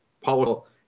Paul